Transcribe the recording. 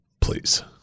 please